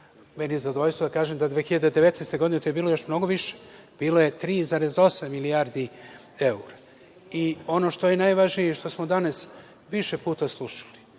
Meni je zadovoljstvo da kažem da je 2019. godine to bilo još mnogo više, bilo je 3,8 milijardi evra. Ono što je najvažnije i što smo danas više puta slušali,